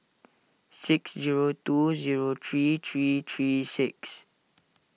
six zero two zero three three three six